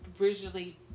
originally